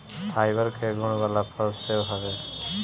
fibre कअ गुण वाला फल सेव हवे